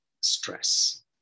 stress